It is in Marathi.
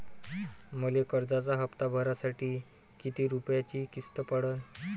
मले कर्जाचा हप्ता भरासाठी किती रूपयाची किस्त पडन?